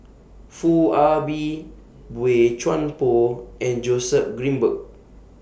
Foo Ah Bee Boey Chuan Poh and Joseph Grimberg